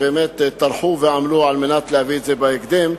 שבאמת טרחו ועמלו על מנת להביא את זה בהקדם,